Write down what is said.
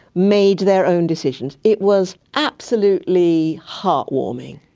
made their own decisions. it was absolutely heart-warming.